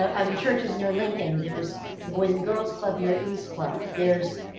i mean churches near lincoln, there's the boys and girls club near east bluff, there's